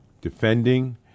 defending